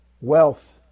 wealth